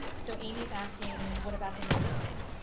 so amy's asking what about indoor swimming?